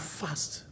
fast